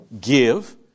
Give